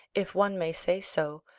if one may say so,